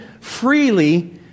freely